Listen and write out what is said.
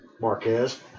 Marquez